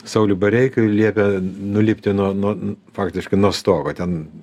sauliui bareikiui liepė nulipti nuo nuo faktiškai nuo stogo ten